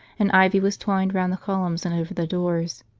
and ivy was twined round the columns and over the doors.